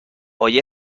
hoy